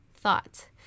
thought